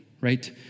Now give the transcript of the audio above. right